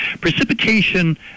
Precipitation